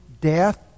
death